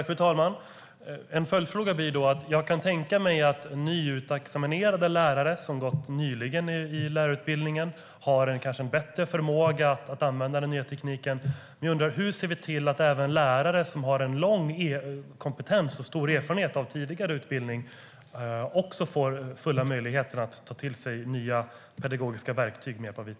Fru talman! Jag kan tänka mig att nyutexaminerade lärare som nyligen har gått lärarutbildningen kanske har en bättre förmåga att använda den nya tekniken. Hur ser vi till att även lärare som har stor kompetens och lång erfarenhet av tidigare utbildningssystem också får full möjlighet att ta till sig nya pedagogiska verktyg med hjälp av it?